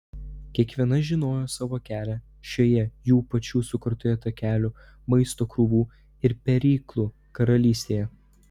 kiekviena žinojo savo kelią šioje jų pačių sukurtoje takelių maisto krūvų ir peryklų karalystėje